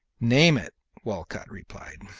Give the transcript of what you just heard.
name it, walcott replied.